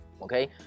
Okay